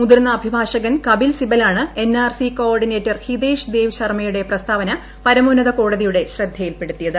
മുതിർന്ന അഭിഭാഷകൻ കപിൽ സിബലാണ് N R C coordinator Hitesh Dev ശർമ്മയുടെ പ്രസ്താവന പരമോന്നതകോടതിയുടെ ശ്രദ്ധയിൽ പെടുത്തിയത്